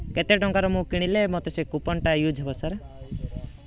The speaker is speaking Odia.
କେତେ ଟଙ୍କାର ମୁଁ କିଣିଲେ ମୋତେ ସେ କୁପନ୍ଟା ୟୁଜ୍ ହବ ସାର୍